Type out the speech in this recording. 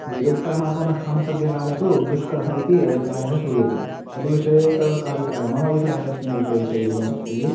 वेदोक्तं कर्माणामनुष्ठानं सद्यकाले तु दुष्करः इति अभिप्रायः श्रूयते तद्विषये तव कः अभिप्रायः मम अभिप्रायः विषये विषये एवमस्ति